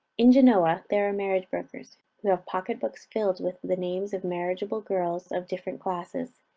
in genoa, there are marriage-brokers, who have pocketbooks filled with the names of marriageable girls of different classes,